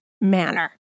manner